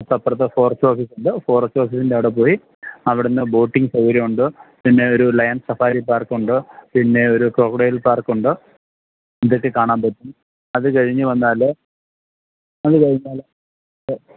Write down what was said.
അപ്പുറത്ത് forest office ഉണ്ട് forest ഓഫീസിൻ്റെ അവിടെ പോയി അവിടുന്ന് ബോട്ടിങ്ങ് സൗകര്യമുണ്ട് പിന്നെ ഒരു ലയൺ സഫാരി പാർക്ക് ഉണ്ട് പിന്നെ ഒരു ക്രൊക്കഡൈൽ പാർക്ക് ഉണ്ട് ഇതൊക്കെ കാണാൻ പറ്റും അത് കഴിഞ്ഞ് വന്നാൽ അത് കഴിഞ്ഞാൽ